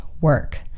work